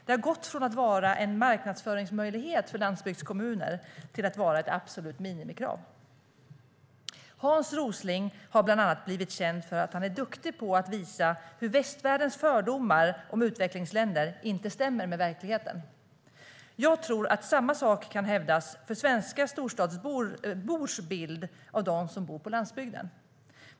Det har gått från att vara en marknadsföringsmöjlighet för landsbygdskommuner till att vara ett absolut minimikrav. Hans Rosling har blivit känd bland annat för att han är duktig på att visa hur västvärldens fördomar om utvecklingsländer inte stämmer med verkligheten. Jag tror att samma sak kan hävdas om svenska storstadsbors bild av dem som bor på landsbygden.